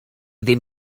ddim